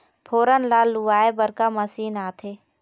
फोरन ला लुआय बर का मशीन आथे?